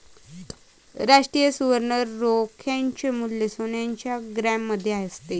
राष्ट्रीय सुवर्ण रोख्याचे मूल्य सोन्याच्या ग्रॅममध्ये असते